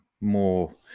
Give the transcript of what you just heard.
more